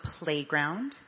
playground